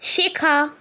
শেখা